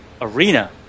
arena